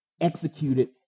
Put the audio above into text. executed